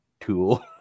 tool